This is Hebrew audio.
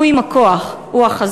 הוא עם הכוח, הוא החזק."